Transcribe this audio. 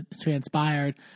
transpired